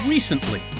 Recently